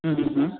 હં હં હં